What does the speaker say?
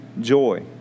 joy